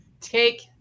take